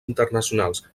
internacionals